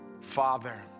Father